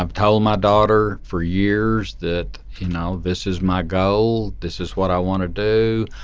um told my daughter for years that now this is my goal. this is what i want to do.